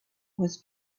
was